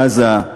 עזה,